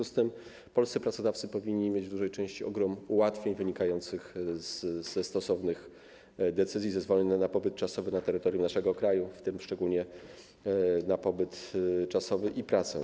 W związku z tym polscy pracodawcy powinni mieć w dużej części ogrom ułatwień wynikających ze stosownych decyzji dotyczących zezwolenia na pobyt czasowy na terytorium naszego kraju, w tym szczególnie na pobyt czasowy i pracę.